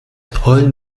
heulen